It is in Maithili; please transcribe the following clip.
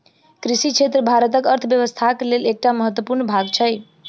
कृषि क्षेत्र भारतक अर्थव्यवस्थाक लेल एकटा महत्वपूर्ण भाग छै